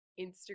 Instagram